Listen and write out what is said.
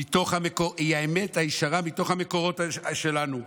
היא האמת הישרה מתוך המקורות שלנו.